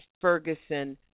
Ferguson